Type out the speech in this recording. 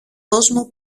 κόσμο